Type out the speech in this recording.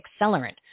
accelerant